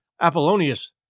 Apollonius